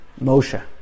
Moshe